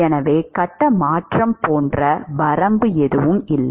எனவே கட்ட மாற்றம் போன்ற வரம்பு எதுவும் இல்லை